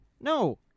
No